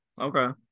Okay